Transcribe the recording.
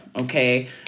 Okay